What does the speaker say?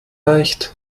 reicht